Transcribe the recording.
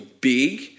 big